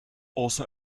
also